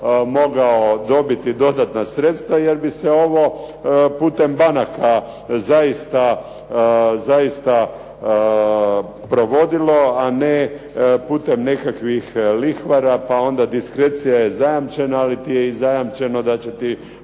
mogao dobiti dodatna sredstva jer bi se ovo putem banaka zaista provodilo a ne putem nekakvih lihvara pa onda diskrecija je zajamčena ali ti je zajamčeno da će ti